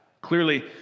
Clearly